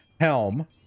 helm